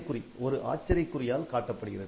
' ஒரு ஆச்சரியக்குறியால் காட்டப்படுகிறது